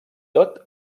tot